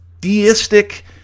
deistic